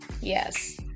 Yes